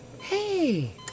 Hey